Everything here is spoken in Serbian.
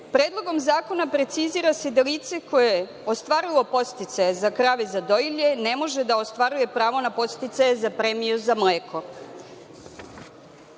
nerastove. Predlogom zakona precizira se da lice koje je ostvarilo podsticaje za krave zadojilje ne može da ostvaruje pravo na podsticaje za premiju za mleko.